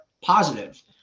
positive